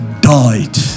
died